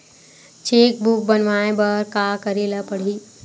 Cheque book बनवाय बर का करे ल पड़हि?